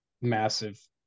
massive